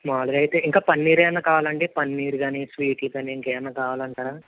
మామూలుగా అయితే ఇంకా పన్నీర్ ఏమన్న కావాలండి పన్నీర్ కానీ స్వీట్లు కానీ ఇంకేవన్నా కావాలంటారా